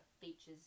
features